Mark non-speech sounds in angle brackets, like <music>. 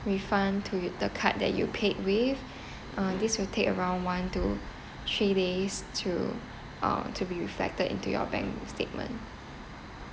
refund to you the card that you paid with <breath> uh this will take around one to three days to uh to be reflected into your bank statement